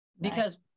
because-